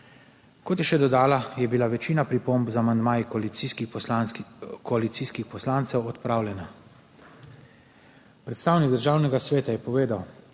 Kot je še dodala, je bila večina pripomb z amandmaji koalicijskih poslancev odpravljena. Predstavnik Državnega sveta je povedal,